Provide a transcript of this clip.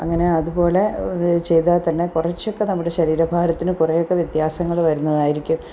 അങ്ങനെ അതുപോലെ ചെയ്താൽ തന്നെ കുറച്ചൊക്കെ നമ്മുടെ ശരീരഭാരത്തിന് കുറേയൊക്കെ വ്യത്യാസങ്ങൾ വരുന്നതായിരിക്കും